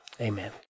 Amen